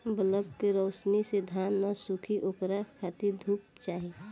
bulb के रौशनी से धान न सुखी ओकरा खातिर धूप चाही